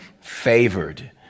favored